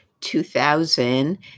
2000